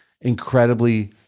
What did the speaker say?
incredibly